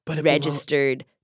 registered